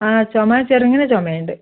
ആ ചുമ ചെറുങ്ങനെ ചുമയുണ്ട്